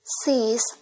Seas